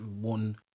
one